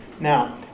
Now